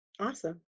Awesome